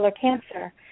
cancer